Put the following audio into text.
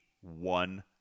one